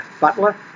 butler